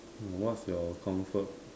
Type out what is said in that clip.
and what's your comfort